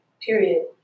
period